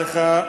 תודה לך,